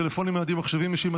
טלפונים ניידים ומחשבים אישיים),